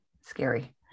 Scary